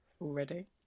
already